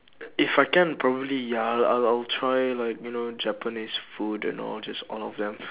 if I can probably ya I'll I'll try like you know japanese food you know just all of them